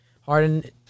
Harden